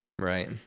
Right